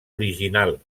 original